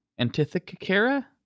Antithicara